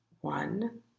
One